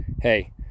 Hey